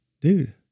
dude